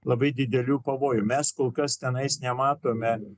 labai didelių pavojų mes kol kas tenai nematome